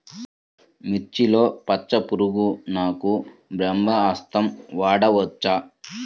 మిర్చిలో పచ్చ పురుగునకు బ్రహ్మాస్త్రం వాడవచ్చా?